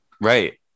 right